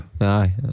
aye